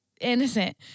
innocent